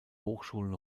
hochschulen